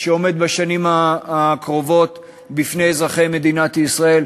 שעומד בשנים הקרובות בפני אזרחי מדינת ישראל,